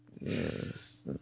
Yes